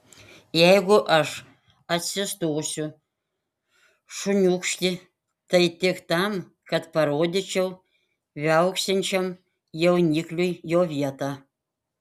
jeigu aš atsistosiu šuniūkšti tai tik tam kad parodyčiau viauksinčiam jaunikliui jo vietą